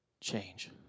change